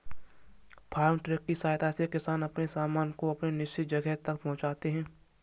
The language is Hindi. फार्म ट्रक की सहायता से किसान अपने सामान को अपने निश्चित जगह तक पहुंचाते हैं